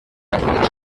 alguns